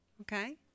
Okay